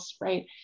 right